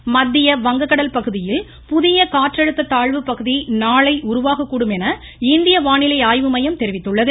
இந்தியடவானிலைடமையம் மத்திய வங்கக்கடல் பகுதியில் புதிய காற்றழுத்த தாழ்வு பகுதி நாளை உருவாகக்கூடும் என இந்திய வானிலை ஆய்வுமையம் தெரிவித்துள்ளது